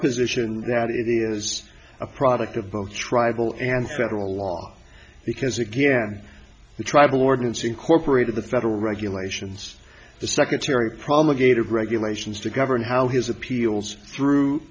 position that it is a product of both tribal and federal law because again the tribal ordinance incorporated the federal regulations the secretary promulgated regulations to govern how his appeals through